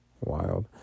wild